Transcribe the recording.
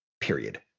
period